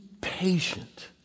patient